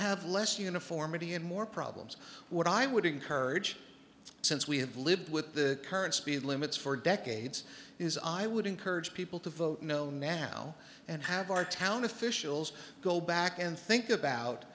have less uniformity and more problems what i would encourage since we have lived with the current speed limits for decades is i would encourage people to vote no now and have our town officials go back and think about